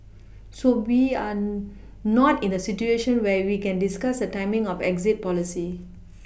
so we're not in a situation where we can discuss the timing of exit policy